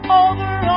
over